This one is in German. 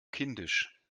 kindisch